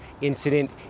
incident